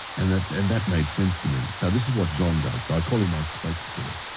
and that and that made sense to me. so, this is what john does. i call him my spokes-spirit.